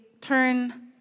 turn